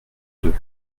deux